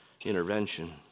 intervention